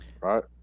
Right